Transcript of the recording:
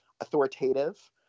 authoritative